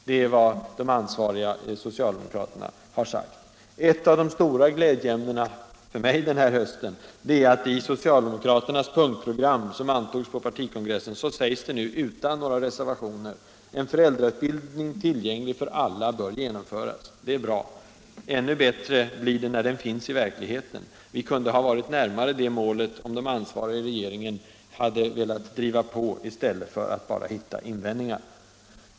Det är vad de ansvariga socialdemokraterna har sagt. Ett glädjeimne den här hösten är att det i socialdemokraternas punktprogram, som antogs på partikongressen, nu utan några reservationer sägs: En föräldrautbildning tillgänglig för alla bör genomföras. Det är bra. Ännu bättre blir det när den finns i verkligheten. Vi kunde ha varit närmare det målet, om de ansvariga i regeringen hade velat driva på i stället för att bara hitta invändningar.